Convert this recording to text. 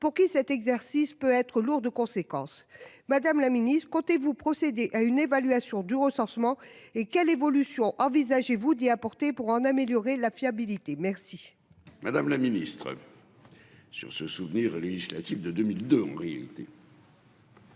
pour qui cet exercice peut être lourd de conséquences, madame la Ministre, comptez-vous procéder à une évaluation du recensement et quelle évolution envisagez-vous d'y apporter pour en améliorer la fiabilité merci. Madame la Ministre. Sur ce souvenir législatives de 2002 en réalité.